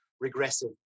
regressive